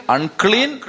Unclean